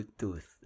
tooth